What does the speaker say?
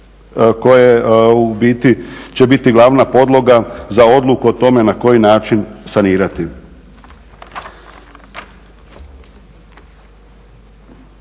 biti će biti glavna podloga za odluku o tome na koji način sanirati.